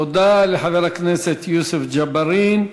תודה לחבר הכנסת יוסף ג'בארין.